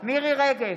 מירי מרים רגב,